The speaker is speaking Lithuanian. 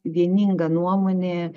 vieninga nuomonė